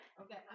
Okay